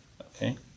okay